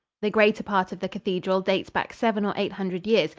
the greater part of the cathedral dates back seven or eight hundred years,